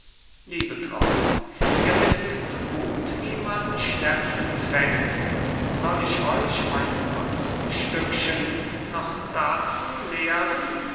liebetraut ihr wißt zu gut wie man schnepfen fängt soll ich euch meine kunststückchen noch dazu lehren